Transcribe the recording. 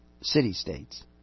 city-states